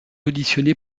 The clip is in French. auditionné